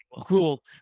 cool